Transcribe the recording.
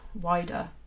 wider